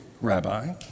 rabbi